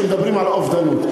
כשמדברים על אובדנות.